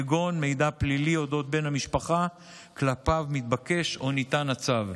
כגון מידע פלילי על אודות בן המשפחה שכלפיו מתבקש או ניתן הצו,